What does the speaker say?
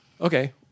okay